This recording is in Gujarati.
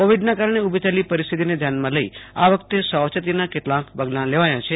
કોવિડના કારણે ઉભી થયેલી પરિસ્થિતિને ધ્યાનમાં લઈ આ વખતે સાવચેતીના કેટલાક પગલાં લેવાયા છે